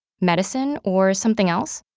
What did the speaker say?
medicine, or something else?